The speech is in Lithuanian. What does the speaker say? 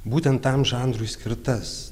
būtent tam žanrui skirtas